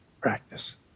practice